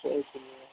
Jay Jhulelal